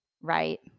right